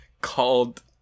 called